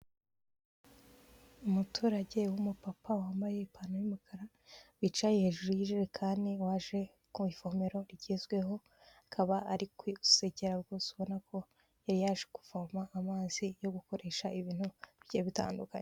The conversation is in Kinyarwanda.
Umuturage w'umupapa wambaye ipantaro y'umukara, wicaye hejuru y'ijerekani, waje ku ivomero rigezweho, akaba ari kwisekera rwose ubona ko yari yaje, kuvoma amazi yo gukoresha ibintu bigiye bitandukanye.